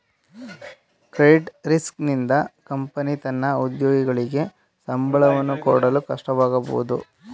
credit risk ನಿಂದ company ತನ್ನ ಉದ್ಯೋಗಿಗಳಿಗೆ ಸಂಬಳವನ್ನು ಕೊಡಲು ಕಷ್ಟವಾಗಬಹುದು